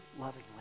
lovingly